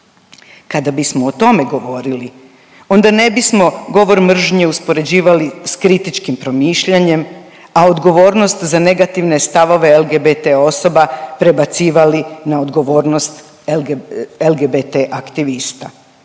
Kada bismo o tome govorili onda ne bismo govor mržnje uspoređivali s kritičkim promišljanjem, a odgovornost za negativne stavove LGBT osoba prebacivali na odgovornost LGBT aktivista.